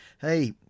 Hey